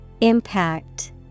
Impact